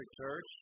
church